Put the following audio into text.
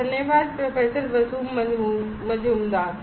धन्यवाद प्रोफेसर बसु मजुमदार